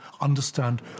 understand